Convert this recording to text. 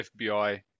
FBI